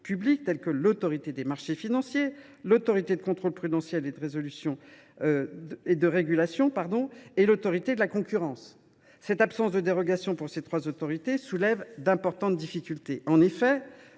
publiques comme l’Autorité des marchés financiers, l’Autorité de contrôle prudentiel et de résolution et l’Autorité de la concurrence. L’absence de dérogation pour ces trois instances soulève d’importantes difficultés.